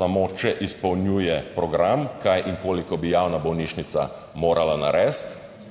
samo, če izpolnjuje program, kaj in koliko bi javna bolnišnica morala narediti,